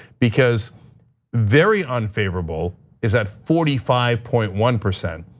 because very unfavorable is at forty five point one percent,